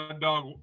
dog